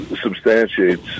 substantiates